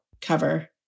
cover